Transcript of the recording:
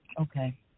Okay